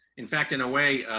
in fact, in a way,